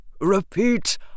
Repeat